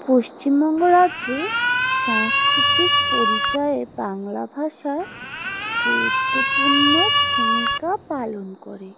পশ্চিমবঙ্গ রাজ্যে সাংস্কৃতিক পরিচয়ে বাংলা ভাষার গুরুত্বপূর্ণ ভূমিকা পালন করে